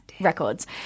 records